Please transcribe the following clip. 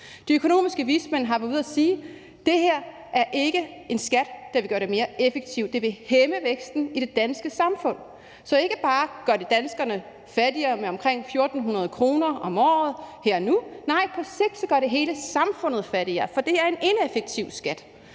De økonomiske vismænd har været ude at sige, at det her ikke er en skat, der vil gøre det mere effektivt; det vil hæmme væksten i det danske samfund. Så ikke bare gør det danskerne fattigere med omkring 1.400 kr. om året her og nu, nej, på sigt gør det hele samfundet fattigere, for det er en ineffektiv skat,